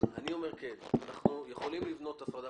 אנחנו יכולים לבנות הפרדה.